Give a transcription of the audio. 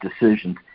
decisions